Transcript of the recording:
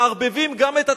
ומערבבים גם את התפקידים.